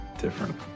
different